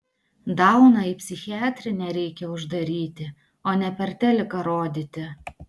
dauną į psichiatrinę reikia uždaryti o ne per teliką rodyti